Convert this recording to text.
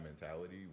mentality